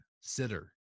Sitter